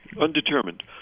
Undetermined